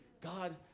God